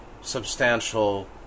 substantial